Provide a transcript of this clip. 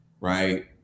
right